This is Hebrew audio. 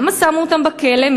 למה שמו אותם בכלא?